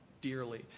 dearly